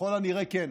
ככל הנראה כן.